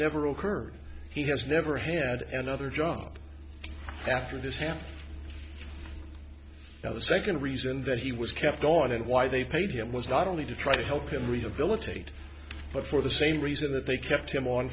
never occurred he has never had another job after this happened now the second reason that he was kept going and why they paid him was not only to try to help him rehabilitate but for the same reason that they kept him on